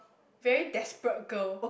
very desperate girl